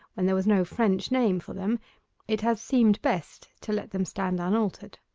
when there was no french name for them it has seemed best to let them stand unaltered.